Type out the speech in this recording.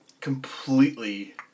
completely